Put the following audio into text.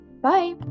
Bye